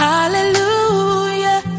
Hallelujah